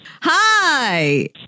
Hi